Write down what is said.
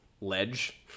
ledge